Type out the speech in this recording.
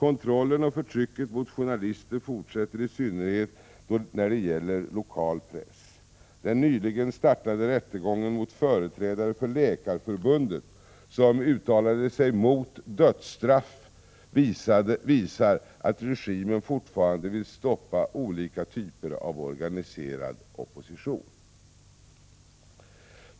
Kontrollen av och förtrycket mot journalister fortsätter, i synnerhet när det gäller lokal press. Den nyligen startade rättegången mot företrädare för läkarförbundet, som uttalade sig mot dödstraff, visar att regimen fortfarande vill stoppa olika typer av organiserad opposition.